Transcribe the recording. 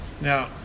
Now